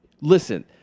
listen